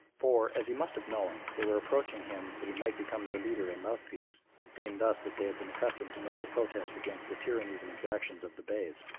for, as he must have known, they were approaching him that he might become their leader and mouthpiece, it being thus that they had been accustomed to make their protests against the tyrannies and exactions of the beys.